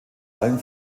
allem